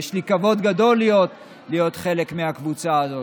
יש לי כבוד גדול להיות חלק מהקבוצה הזאת.